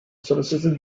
solicited